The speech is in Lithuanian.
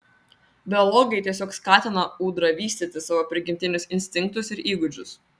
biologai tiesiog skatina ūdra vystyti savo prigimtinius instinktus ir įgūdžius